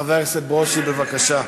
חבר הכנסת ברושי, בבקשה.